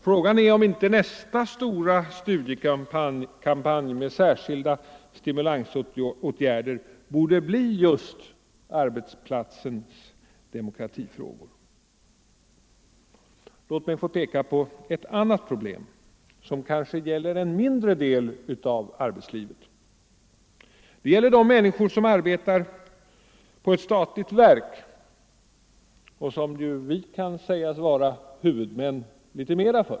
Frågan är om inte nästa stora studiekampanj med särskilda stimulansåtgärder borde gälla just arbetsplatsens demokratifrågor. Låt mig peka på ett annat problem som kanske gäller en mindre del av arbetslivet. Det gäller de människor som arbetar i statens verk, för vilka vi här i riksdagen kan sägas vara huvudmän.